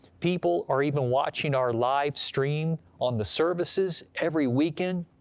people are even watching our live stream on the services every weekend.